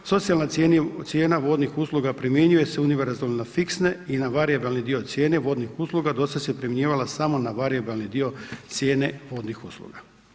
Socijalna cijena vodnih usluga, primjenjuje se univerzalno na fiksne i na varijabilni dio cijene vodnih usluga, do sada se primjenjivala samo na varijabilni cijene vodnih usluga.